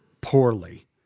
poorly